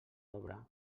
obra